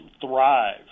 thrive